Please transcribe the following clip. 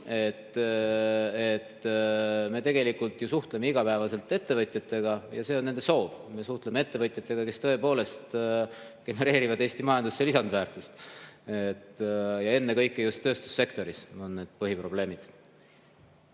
Me tegelikult suhtleme igapäevaselt ettevõtjatega ja see on nende soov. Me suhtleme ettevõtjatega, kes tõepoolest genereerivad Eesti majandusse lisandväärtust. Ennekõike just tööstussektoris on need põhiprobleemid.